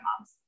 mom's